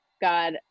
God